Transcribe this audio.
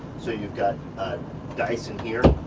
so you've got a dyson here,